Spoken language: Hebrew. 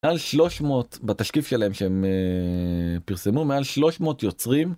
על שלוש מאות בתשקיף שלהם שהם פרסמו מעל שלוש מאות יוצרים.